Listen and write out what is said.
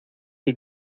que